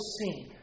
seen